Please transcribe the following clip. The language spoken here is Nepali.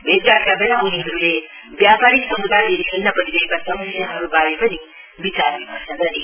भैटघाटका बेला उनीहरूले व्यापारी सम्दायले ढेल्न परिरहेका समस्याहरूबारे पनि विचार विमर्श गरे